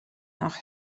noch